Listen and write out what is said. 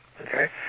Okay